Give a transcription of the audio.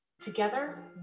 Together